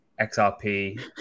XRP